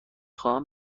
خواهم